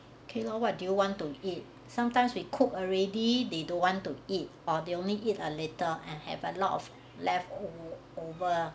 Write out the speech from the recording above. K lor what do you want to eat sometimes we cook already they don't want to eat or they only eat a litter and have a lot of leftover